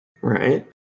Right